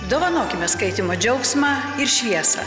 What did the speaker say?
dovanokime skaitymo džiaugsmą ir šviesą